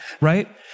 right